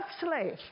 slave